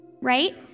Right